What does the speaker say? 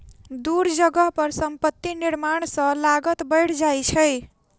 दूर जगह पर संपत्ति निर्माण सॅ लागत बैढ़ जाइ छै